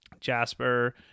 Jasper